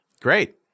Great